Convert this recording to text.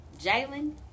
Jalen